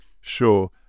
Sure